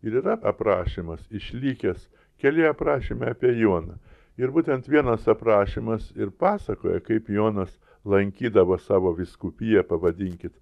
ir yra aprašymas išlikęs keli aprašymai apie joną ir būtent vienas aprašymas ir pasakoja kaip jonas lankydavo savo vyskupiją pavadinkit